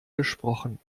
gesprochen